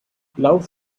love